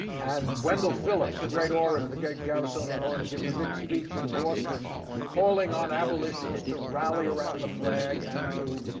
and wendell phillips, the great orator, the garrisonian orator, gives a big speech in boston calling on abolitionists to rally around the flag and to,